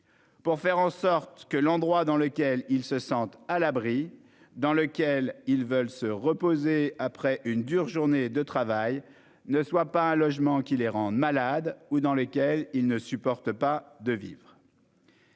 devons faire en sorte que l'endroit où nos concitoyens se sentent à l'abri et où ils veulent se reposer après une dure journée de travail ne soit pas un logement qui les rende malades ou dans lequel ils ne supportent pas de vivre.